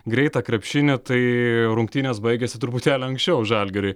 greitą krepšinį tai rungtynės baigėsi truputėlį anksčiau žalgiriui